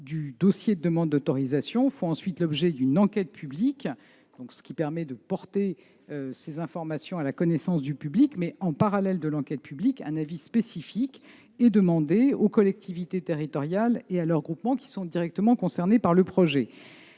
du dossier de demande d'autorisation, font ensuite l'objet d'une enquête publique, ce qui permet de porter ces informations à la connaissance du public. En parallèle de l'enquête publique, un avis spécifique est demandé aux collectivités territoriales et à leurs groupements qui sont directement concernés par le projet.